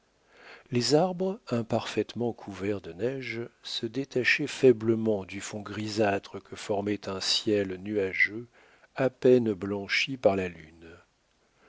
les arbres imparfaitement couverts de neige se détachaient faiblement du fond grisâtre que formait un ciel nuageux à peine blanchi par la lune